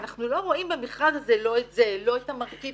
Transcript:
ואנחנו לא רואים במכרז הזה לא את זה ולא את המרכיב